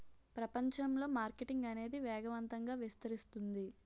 ప్రపంచంలో మార్కెటింగ్ అనేది వేగవంతంగా విస్తరిస్తుంది